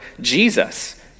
Jesus